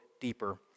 Deeper